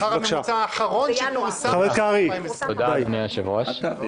מכיוון שאיני זורה חול בעיניים ומסמא את עיני הציבור,